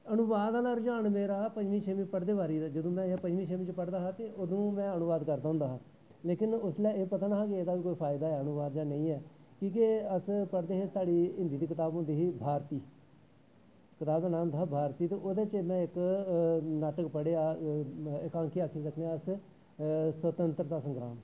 अनुवाद दा रुझान मेरी पंजमीं छेमी पढ़देें दा जदूं पंजमीं छेमीं पढ़दा हा ते अदूं में अनुवाद करदा होंदा हा लेकिन उसलै एह् पता नी गा के अनुवाद दा बी कोई फायदा ऐ जां नेईं ऐ कि के अस पढ़दे हे साढ़ी हिन्दी दी कताब होंदी ही भारती कताब होंदी ही भारती ते ओह्दे च में इक नाटक पढ़ेआ हा केह् आक्खी सकने आं अस स्वतंत्रता संग्राम